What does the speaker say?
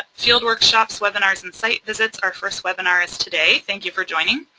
field workshops, webinars, and site visits, our first webinar is today. thank you for joining.